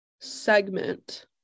segment